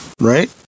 right